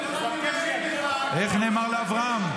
איך נאמר לאברהם?